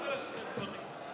מה זה "לשאת דברים"?